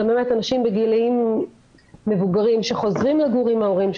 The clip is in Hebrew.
גם באמת אנשים בגילאים מבוגרים שחוזרים לגור עם ההורים,